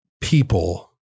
people